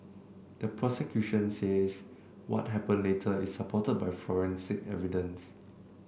the prosecution says what happened later is supported by forensic evidence